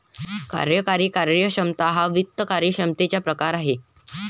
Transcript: कार्यकारी कार्यक्षमता हा वित्त कार्यक्षमतेचा प्रकार आहे